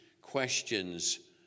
questions